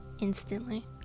instantly